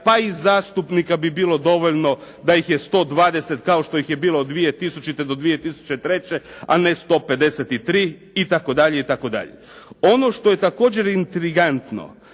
pa i zastupnika bi bilo dovoljno da ih je 120 kao što ih je bilo 2000. do 2003. a ne 153 itd. Ono što je također intrigantno